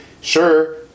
sure